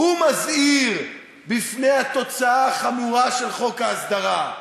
הוא מזהיר מפני התוצאה החמורה של חוק ההסדרה.